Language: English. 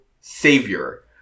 savior